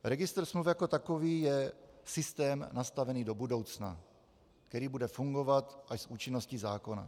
Registr smluv jako takový je systém nastavený do budoucna, který bude fungovat až s účinností zákona.